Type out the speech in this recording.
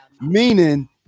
Meaning